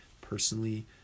personally